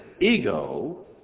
ego